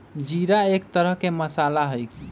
जीरा एक तरह के मसाला हई